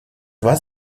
два